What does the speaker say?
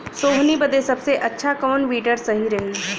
सोहनी बदे सबसे अच्छा कौन वीडर सही रही?